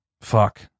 fuck